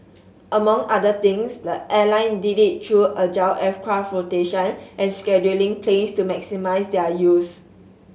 among other things the airline did it through agile aircraft rotation and scheduling planes to maximise their use